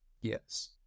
Yes